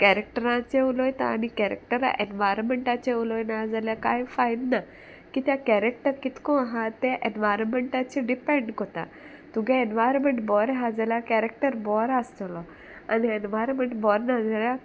कॅरेक्टराचे उलयतां आनी कॅरेक्टराक एनवायरमेंटाचे उलयना जाल्यार कांय फायद ना की त्या कॅरेक्टर कितको आहा ते एनवायरमेंटाचे डिपेंड कोता तुगे एनवायरमेंट बोर हा जाल्यार कॅरेक्टर बोरो आसतलो आनी एनवायरमेंट बोर ना जाल्यार